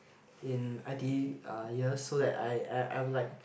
in i_t_e uh year so that I I I would like